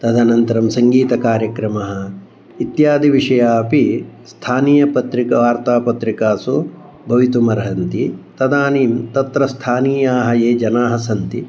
तदनन्तरं सङ्गीतकार्यक्रमः इत्यादि विषयाः अपि स्थानीयपत्रिका वार्तापत्रिकासु भवितुम् अर्हन्ति तदानीं तत्र स्थानीयाः ये जनाः सन्ति